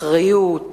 אחריות,